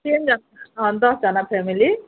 टेनजना दसजना फ्यामिली